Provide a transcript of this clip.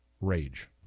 rage